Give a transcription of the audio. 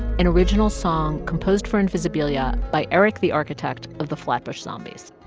an original song composed for invisibilia by erick the architect of the flatbush zombies